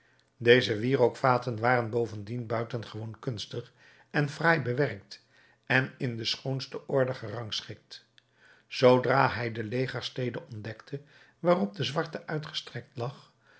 deze wierookvaten waren bovendien buitengewoon kunstig en fraai bewerkt en in de schoonste orde gerangschikt zoodra hij de legerstede ontdekte waarop de zwarte uitgestrekt lag